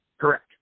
Correct